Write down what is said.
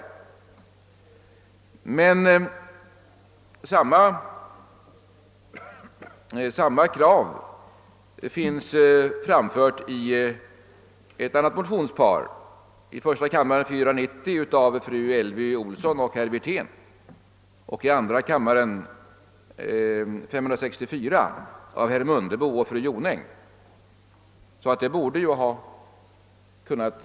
Men samma krav finns framfört i ett annat motionspar, I:490 av fru Elvy Olsson och herr Wirtén och II:564 av herr Mundebo och fru Jonäng. Detta motionspar borde också ha omnämnts.